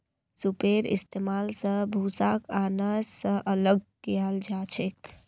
सूपेर इस्तेमाल स भूसाक आनाज स अलग कियाल जाछेक